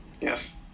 Yes